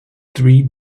three